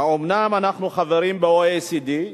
אומנם אנחנו חברים ב-OECD,